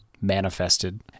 manifested